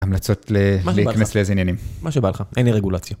המלצות להיכנס לאיזה עניינים. מה שבא לך, אין לי רגולציה.